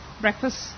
breakfast